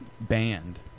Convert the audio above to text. band